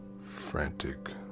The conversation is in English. frantic